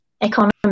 economy